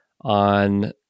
on